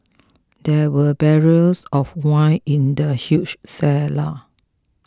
there were barrels of wine in the huge cellar